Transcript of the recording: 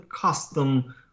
custom